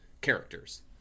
characters